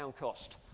cost